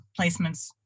placements